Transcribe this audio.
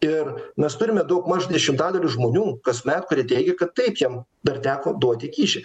ir mes turime daugmaž dešimtadalį žmonių kasmet kurie teigia kad taip jiem dar teko duoti kyšį